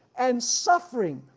and suffering,